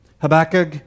Habakkuk